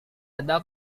ada